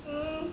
um